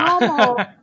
normal